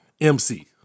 MC